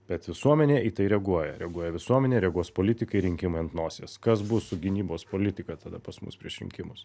bet visuomenė į tai reaguoja reaguoja visuomenė reaguos politikai rinkimai ant nosies kas bus su gynybos politika tada pas mus prieš rinkimus